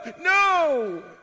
no